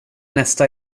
nästa